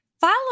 Follow